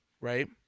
right